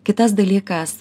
kitas dalykas